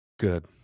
Good